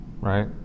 right